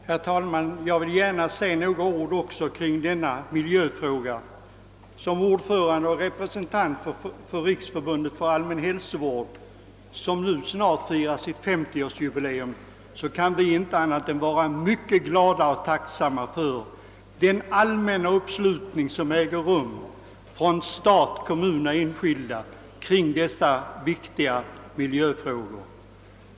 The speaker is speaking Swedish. Herr talman! Jag vill också gärna säga några ord i miljöfrågan. Som ordförande för Riksförbundet för allmän hälsovård, som nu snart firar sitt 50 årsjubileum, kan jag inte annat än vara mycket glad och tacksam för den allmänna uppslutningen från stat, kommuner och enskilda kring dessa viktiga miljöfrågor.